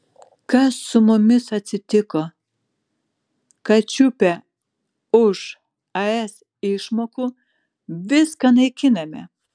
kas su mumis atsitiko kad čiupę už es išmokų viską naikiname